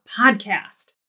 Podcast